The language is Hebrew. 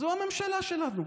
זו הממשלה שלנו.